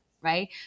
right